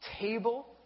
table